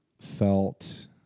felt